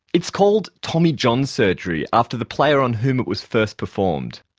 it's called tommy john surgery after the player on whom it was first performed.